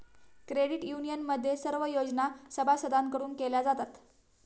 credit युनियनमध्ये सर्व योजना सभासदांकडून केल्या जातात